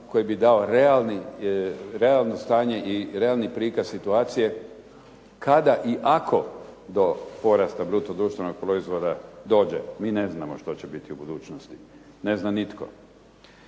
koji bi dao realno stanje i realni prikaz situacije kada i ako do porasta bruto društvenog proizvoda dođe. Mi ne znamo što će biti u budućnosti. Ne zna nitko.